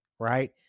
right